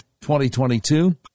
2022